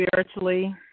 Spiritually